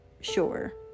sure